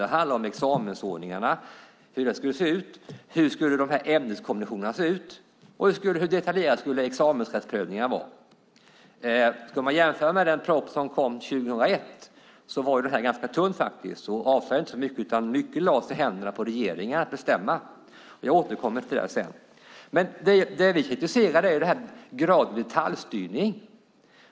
Det handlade om hur examensordningarna skulle se ut, hur ämneskombinationerna skulle se ut och hur detaljerade examensrättsprövningarna skulle vara. Ska man jämföra med den proposition som kom 2001 var den här ganska tunn och avslöjade inte så mycket, utan mycket lades i händerna på regeringen att bestämma. Jag återkommer till det sedan. Det vi kritiserar är graden av detaljstyrning.